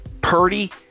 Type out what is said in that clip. Purdy